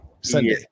Sunday